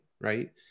right